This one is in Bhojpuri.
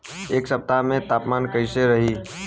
एह सप्ताह के तापमान कईसन रही?